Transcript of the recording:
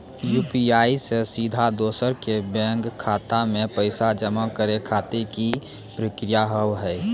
UPI से सीधा दोसर के बैंक खाता मे पैसा जमा करे खातिर की प्रक्रिया हाव हाय?